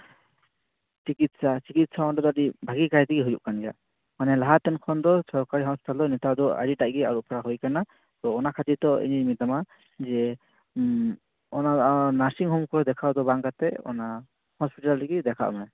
ᱪᱤᱠᱤᱛᱥᱟ ᱪᱤᱠᱤᱛᱥᱟ ᱫᱚ ᱚᱸᱰᱮ ᱫᱮ ᱟᱹᱰᱤ ᱵᱷᱟᱜᱮ ᱵᱷᱟᱵᱽ ᱛᱮᱜᱮ ᱦᱩᱭᱩᱜ ᱠᱟᱱ ᱜᱮᱭᱟ ᱢᱟᱱᱮ ᱞᱟᱦᱟ ᱠᱷᱚᱱ ᱫᱚ ᱥᱚᱨᱠᱟᱨᱤ ᱦᱚᱥᱯᱤᱴᱟᱞ ᱫᱚ ᱟᱹᱰᱤᱜᱮ ᱟᱹᱨᱩᱯᱷᱮᱨᱟᱣ ᱦᱩᱭᱟᱠᱟᱱᱟ ᱛᱚ ᱚᱱᱟ ᱠᱷᱟᱹᱛᱤᱨ ᱛᱮ ᱤᱧᱤᱧ ᱢᱮᱛᱟᱢᱟ ᱡᱮ ᱚᱱᱟ ᱱᱟᱨᱥᱤᱝ ᱦᱳᱢ ᱠᱚᱨᱮ ᱫᱚ ᱫᱮᱠᱷᱟᱣ ᱫᱚ ᱵᱟᱝ ᱠᱟᱛᱮ ᱚᱱᱟ ᱦᱚᱥᱯᱤᱴᱟᱞ ᱨᱮᱜᱚ ᱫᱮᱠᱷᱟᱜ ᱢᱮ